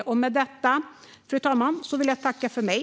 Fru talman! Med detta vill jag tacka för mig.